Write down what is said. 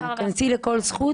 כנסי ל"כל זכות",